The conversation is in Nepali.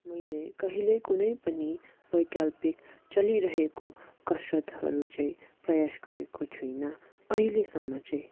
मैले कहिले कुनै पनि वैकल्पिक चलिरहेको कसरतहरू चाहिँ प्रयास गरेको छुइनँ अहिलेसम्म चाहिँ